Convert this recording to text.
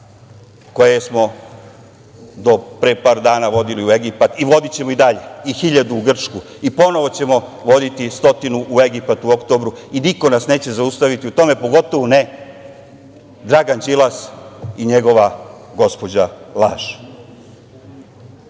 koje smo do pre par dana vodili u Egipat, i vodićemo i dalje, i 1000 u Grčku, i ponovo ćemo voditi stotinu u Egipat u oktobru, i niko nas neće zaustaviti u tome, pogotovo ne Dragan Đilas i njegova gospođa